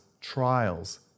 trials